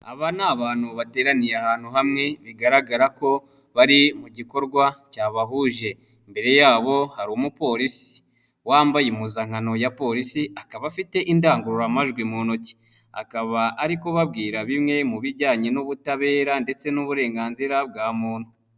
Aba ni abantu bateraniye ahantu hamwe bigaragara ko bari mu gikorwa cyabahuje, imbere yabo hari umupolisi, wambaye impuzankano ya polisi, akaba afite indangururamajwi mu ntoki, akaba ari kubabwira bimwe mu bijyanye n'ubutabera ndetse n'uburenganzira bwa muntu.